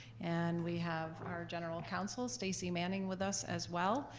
and we have our general council, stacy manning, with us as well.